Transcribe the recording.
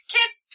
Kids